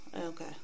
Okay